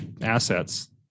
Assets